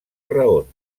raons